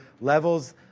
levels